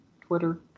Twitter